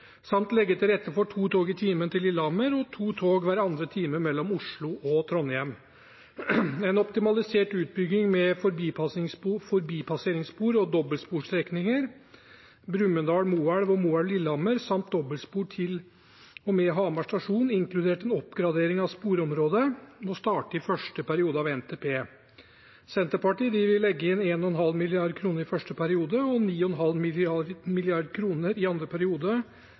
samt legge til rette for to tog i timen til Lillehammer og to tog hver andre time mellom Oslo og Trondheim. En optimalisert utbygging med forbipasseringsspor og dobbeltsporstrekninger Brumunddal– Moelv og Moelv–Lillehammer, samt dobbeltspor til og med Hamar stasjon, inkludert en oppgradering av sporområdet, må starte i første periode av NTP. Senterpartiet vil legge inn 1,5 mrd. kr i første periode og 9,5 mrd. kr i andre periode